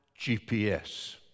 GPS